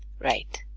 right.